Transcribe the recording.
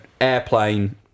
airplane